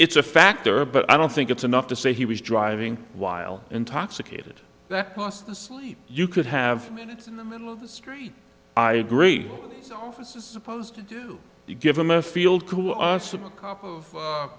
it's a factor but i don't think it's enough to say he was driving while intoxicated that past the sleep you could have minutes in the middle of the street i agree this is supposed to do you give him a field cool us a cup of